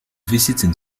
visiting